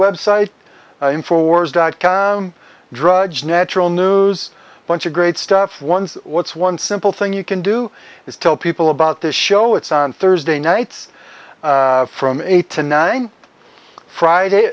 web site informs dot com drudge natural news bunch of great stuff ones what's one simple thing you can do is tell people about the show it's on thursday nights from eight to nine friday